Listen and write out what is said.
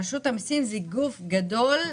רשות המיסים זה גוף גדול,